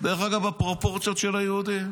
דרך אגב, בפרופורציות של היהודים.